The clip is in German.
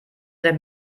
der